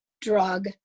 drug